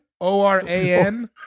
O-R-A-N